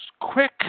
quick